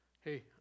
Hey